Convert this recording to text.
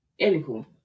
Anywho